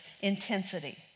intensity